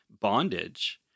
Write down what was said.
bondage